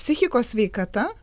psichikos sveikata